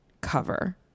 cover